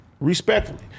respectfully